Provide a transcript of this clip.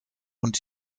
und